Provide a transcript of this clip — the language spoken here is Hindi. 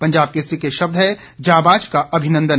पंजाब केसरी के शब्द हैं जांबाज का अभिनंदन